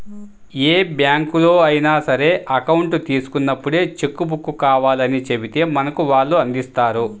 ఏ బ్యాంకులో అయినా సరే అకౌంట్ తీసుకున్నప్పుడే చెక్కు బుక్కు కావాలని చెబితే మనకు వాళ్ళు అందిస్తారు